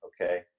okay